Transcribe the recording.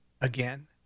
again